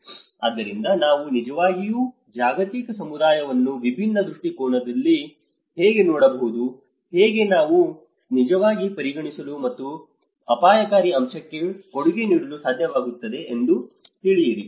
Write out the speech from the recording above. ಆದ್ದರಿಂದ ನಾವು ನಿಜವಾಗಿಯೂ ಜಾಗತಿಕ ಸಮುದಾಯವನ್ನು ವಿಭಿನ್ನ ದೃಷ್ಟಿಕೋನದಲ್ಲಿ ಹೇಗೆ ನೋಡಬಹುದು ಹೇಗೆ ನಾವು ನಿಜವಾಗಿ ಪರಿಗಣಿಸಲು ಮತ್ತು ಅಪಾಯಕಾರಿ ಅಂಶಕ್ಕೆ ಕೊಡುಗೆ ನೀಡಲು ಸಾಧ್ಯವಾಗುತ್ತದೆ ಎಂದು ತಿಳಿಯಿರಿ